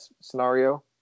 scenario